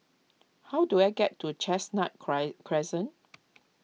how do I get to Chestnut Cry Crescent